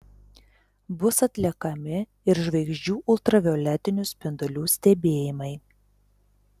bus atliekami ir žvaigždžių ultravioletinių spindulių stebėjimai